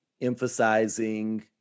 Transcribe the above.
emphasizing